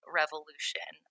revolution